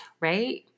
right